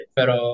Pero